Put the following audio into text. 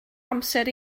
amser